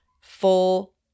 full